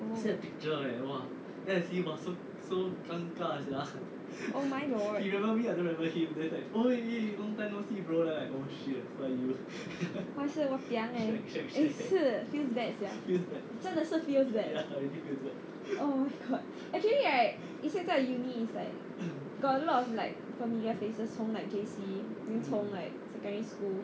oh my lord !wah! !wahpiang! eh 是 feels bad sia 真的是 feels bad actually right 现在 uni is like got a lot of like familiar faces 从 like J_C then 从 like secondary school